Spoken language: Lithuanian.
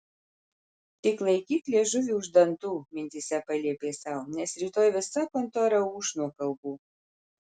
tik laikyk liežuvį už dantų mintyse paliepė sau nes rytoj visa kontora ūš nuo kalbų